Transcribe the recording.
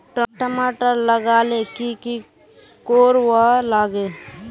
टमाटर लगा ले की की कोर वा लागे?